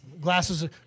Glasses